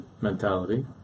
mentality